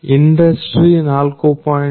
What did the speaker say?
industry four